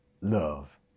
love